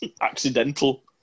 accidental